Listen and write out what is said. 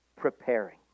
preparing